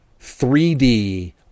3D